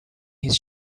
his